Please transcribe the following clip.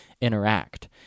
interact